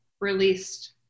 released